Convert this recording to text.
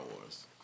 Wars